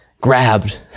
grabbed